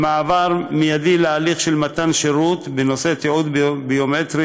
במעבר מיידי להליך של מתן השירות בנושא תיעוד ביומטרי